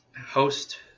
host